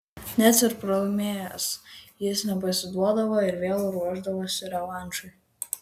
net ir pralaimėjęs jis nepasiduodavo ir vėl ruošdavosi revanšui